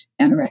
anorexia